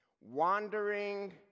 wandering